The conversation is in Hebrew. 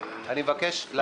אני מבקש להגיד דברים.